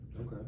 Okay